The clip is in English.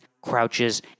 crouches